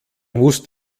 musst